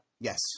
Yes